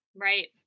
Right